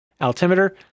altimeter